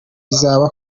isaba